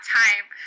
time